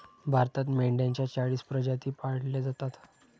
भारतात मेंढ्यांच्या चाळीस प्रजाती पाळल्या जातात